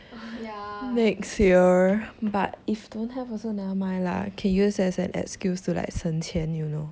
ya